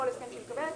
כל הסכם שהיא מקבלת,